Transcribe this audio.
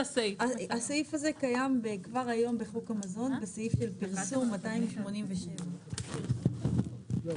הסעיף הזה קיים כבר היום בחוק המזון בסעיף של פרסום 287. אותו